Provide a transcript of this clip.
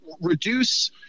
reduce